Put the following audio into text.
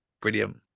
Brilliant